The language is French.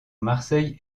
marseille